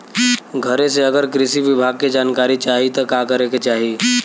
घरे से अगर कृषि विभाग के जानकारी चाहीत का करे के चाही?